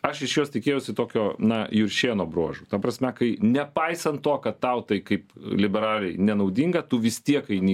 aš iš jos tikėjausi tokio na juršėno bruožų ta prasme kai nepaisant to kad tau tai kaip liberalei nenaudinga tu vis tiek eini